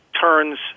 turns